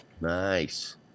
Nice